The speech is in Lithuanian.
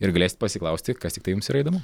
ir galėsit pasiklausti kas tiktai jums yra įdomu